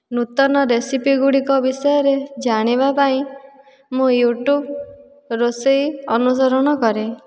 ନୂତନ ରେସିପିଗୁଡ଼ିକ ବିଷୟରେ ଜାଣିବା ପାଇଁ ମୁଁ ୟୁଟ୍ୟୁବ୍ ରୋଷେଇ ଅନୁସରଣ କରେ